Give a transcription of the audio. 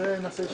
הלכנו להכרעה.